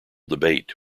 debate